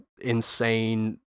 insane